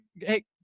hey